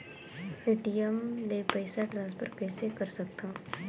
ATM ले पईसा transfer कइसे कर सकथव?